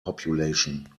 population